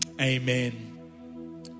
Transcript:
amen